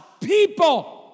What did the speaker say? people